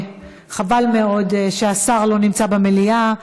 חבל מאוד שהשר לא נמצא במליאה.